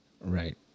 right